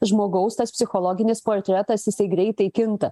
žmogaus tas psichologinis portretas jisai greitai kinta